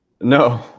No